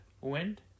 Wind